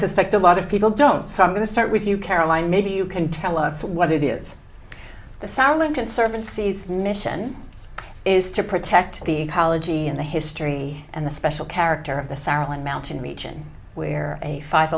suspect a lot of people don't so i'm going to start with you caroline maybe you can tell us what it is the sound of conservancy its mission is to protect the ecology and the history and the special character of the saarland mountain region where a five